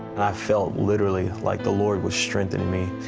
i felt literally like the lord was strengthening me.